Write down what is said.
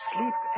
Sleep